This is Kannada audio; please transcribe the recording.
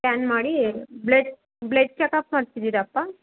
ಸ್ಕ್ಯಾನ್ ಮಾಡಿ ಬ್ಲಡ್ ಬ್ಲಡ್ ಚೆಕಪ್ ಮಾಡ್ಸಿದ್ದೀರಾಪ್ಪಾ